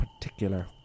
particular